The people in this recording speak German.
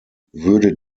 würde